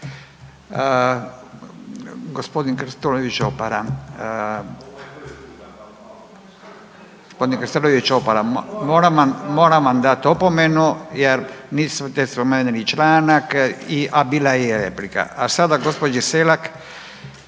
Gospodin Krstulović Opara moram vam dati opomenu jer nit ste spomenuli članak, a bila je replika. A sada gospođi SElak